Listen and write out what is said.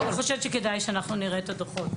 אז אני חושבת שכדאי שנראה את הדו"חות.